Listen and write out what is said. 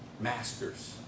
masters